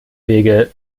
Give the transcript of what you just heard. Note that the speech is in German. wege